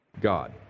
God